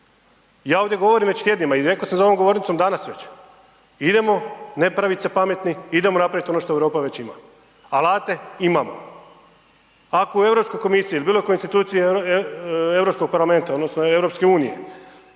Ja ovdje govorim već tjednima i rekao samo za ovom govornicom danas već, idemo ne pravit se pametni, idemo napravit ono što Europa već ima, alate imamo. Ako u Europskoj komisiji ili bilo kojoj instituciji Europskog parlamenta odnosno EU želiš